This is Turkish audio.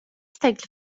teklif